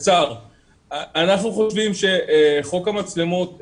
אנחנו חושבים שחוק המצלמות,